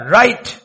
right